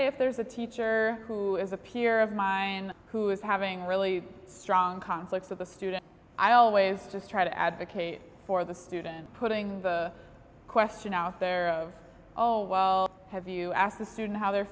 if there's a teacher who is a peer of mine who is having really strong conflict with a student i always just try to advocate for the student putting the question out there oh well have you asked the student how they're